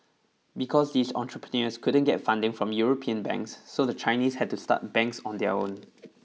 because these entrepreneurs couldn't get funding from European banks so the Chinese had to start banks on their own